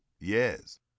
yes